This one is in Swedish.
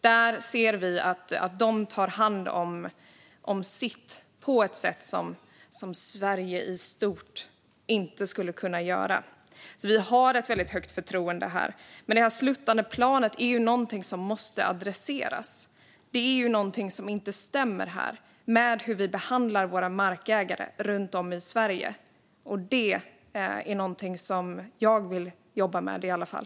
Vi ser att de tar hand om sitt på ett sätt som Sverige i stort inte skulle kunna göra. Vi har alltså ett väldigt högt förtroende här. Men detta sluttande plan är något som vi måste komma till rätta med. Det är något som inte stämmer här med hur vi behandlar våra markägare runt om i Sverige, och det är något som jag vill jobba med i alla fall.